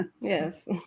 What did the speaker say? Yes